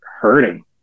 hurting